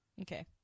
okay